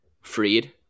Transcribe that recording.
Freed